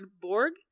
Borg